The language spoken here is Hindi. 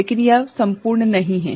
लेकिन यह सम्पूर्ण नहीं है